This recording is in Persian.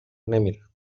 نمیرم